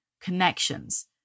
connections